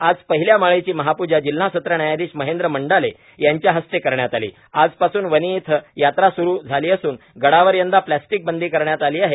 आज पहिल्या माळेची महाप्जा जिल्हा सत्र न्यायधिश महेंद्र मंडाले यांच्या हस्ते करण्यात आली आज पासून वणी येथे यात्रा सुरू झाली असून गडावर यंदा प्लास्टिक बंदी करण्यात आली आहे